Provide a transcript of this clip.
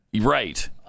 Right